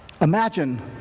imagine